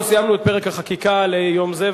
אנחנו סיימנו את פרק החקיקה ליום זה,